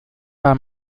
bei